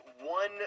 one